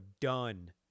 done